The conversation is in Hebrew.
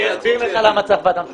אני אסביר לך למה צריך ועדה משותפת,